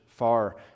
far